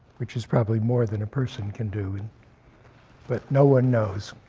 which is probably more than a person can do, and but no one knows.